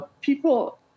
people